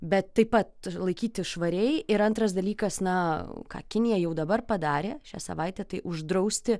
bet taip pat ir laikytis švariai ir antras dalykas na ką kinija jau dabar padarė šią savaitę tai uždrausti